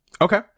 Okay